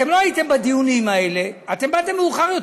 אתם לא הייתם בדיונים האלה, אתם באתם מאוחר יותר.